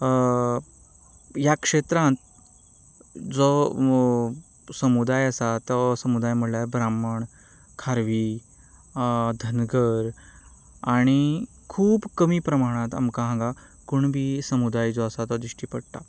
ह्या क्षेत्रांत जो समुदाय आसा तो समुदाय म्हळ्यार ब्राम्हण खारवी धंगर आनी खूब कमी प्रमाणांत आमकां हांगा कुणबी समुदाय जो आसा तो दिश्टी पडटा